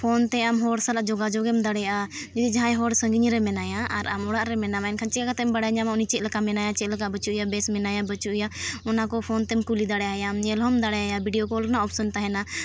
ᱯᱷᱳᱱᱛᱮ ᱟᱢ ᱦᱚᱸ ᱦᱚᱲ ᱥᱟᱞᱟᱜ ᱡᱳᱜᱟᱡᱳᱜᱽ ᱮᱢ ᱫᱟᱲᱮᱭᱟᱜᱼᱟ ᱡᱩᱫᱤ ᱡᱟᱦᱟᱸᱭ ᱦᱚᱲ ᱥᱟᱺᱜᱤᱧ ᱨᱮ ᱢᱮᱱᱟᱭᱟ ᱟᱨ ᱟᱢ ᱚᱲᱟᱜ ᱨᱮ ᱢᱮᱱᱟᱢᱟ ᱮᱱᱠᱷᱟᱱ ᱪᱤᱠᱟᱹᱛᱮᱢ ᱵᱟᱲᱟᱭ ᱧᱟᱢᱟ ᱩᱱᱤ ᱪᱮᱫ ᱞᱮᱠᱟ ᱢᱮᱱᱟᱭᱟ ᱪᱮᱫ ᱞᱮᱠᱟ ᱵᱟᱹᱪᱩᱜᱮᱭᱟ ᱩᱱᱤ ᱵᱮᱥ ᱢᱮᱱᱟᱭᱟ ᱵᱟᱹᱪᱩᱜᱮᱭᱟ ᱚᱱᱟ ᱠᱚ ᱯᱷᱳᱱ ᱛᱮᱢ ᱠᱩᱞᱤ ᱫᱟᱲᱮᱭᱟᱭᱟ ᱧᱮᱞ ᱦᱚᱸᱢ ᱫᱟᱲᱮᱭᱟᱭᱟ ᱵᱷᱤᱰᱤᱭᱳ ᱠᱚᱞ ᱨᱮᱱᱟᱜ ᱚᱯᱷᱥᱮᱱ ᱛᱟᱦᱮᱱᱟ